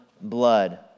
blood